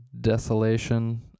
desolation